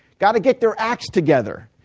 got to get their acts together,